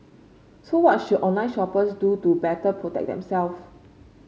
so what should online shoppers do to better protect themselves